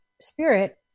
spirit